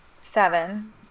seven